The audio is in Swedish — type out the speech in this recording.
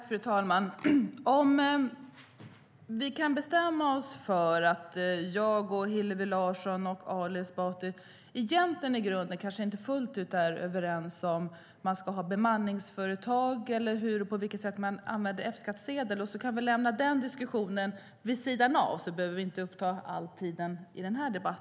Fru talman! Vi kan väl bestämma oss för att jag, Hillevi Larsson och Ali Esbati kanske inte är helt överens om ifall det ska finnas bemanningsföretag eller på vilket sätt F-skattsedel ska användas och också bestämma oss för att i den här debatten inte ägna tid åt det.